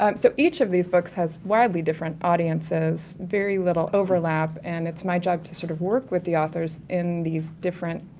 um so each of these books has widely different audiences, very little overlap, and it's my job to sort of work with the authors in these different,